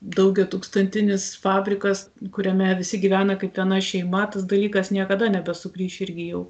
daugiatūkstantinis fabrikas kuriame visi gyvena kaip viena šeima tas dalykas niekada nebesugrįš irgi jau